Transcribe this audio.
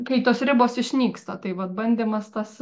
kai tos ribos išnyksta tai vat bandymas tas